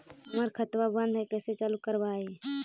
हमर खतवा बंद है कैसे चालु करवाई?